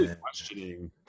questioning